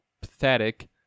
pathetic